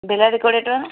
ବିଲାତି କୋଡ଼ିଏ ଟଙ୍କା